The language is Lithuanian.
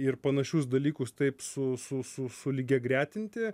ir panašius dalykus taip su su su su lygiagretinti